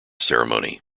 ceremony